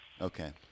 Okay